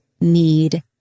need